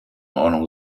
ordnung